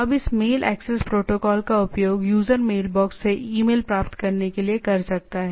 अब इस mail access protocol का उपयोग यूजर मेलबॉक्स से ईमेल प्राप्त करने के लिए कर सकता है